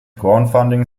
crowdfunding